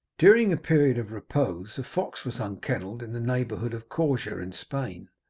during a period of repose a fox was unkennelled in the neighbourhood of corja, in spain.